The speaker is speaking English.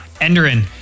enderin